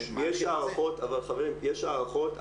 חברים, יש הערכות.